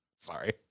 Sorry